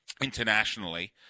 internationally